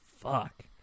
Fuck